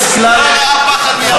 לא ראה פחד מימיו,